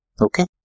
okay